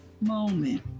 Moment